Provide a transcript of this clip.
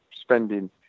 spending